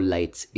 Lights